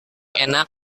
enak